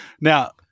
Now